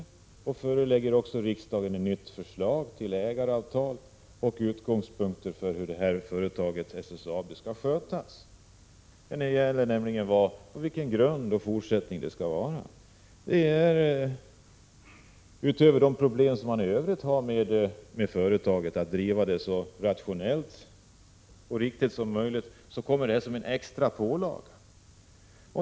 Riksdagen föreläggs också ett nytt förslag till ägaravtal och utgångspunkter för hur företaget SSAB skall skötas i fortsättningen. Förutom de problem som man har när det gäller att driva företaget så rationellt som möjligt kommer det här som en extra pålaga.